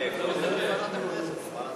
מסתפקים בדברי השר?